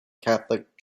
catholic